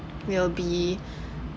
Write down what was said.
will be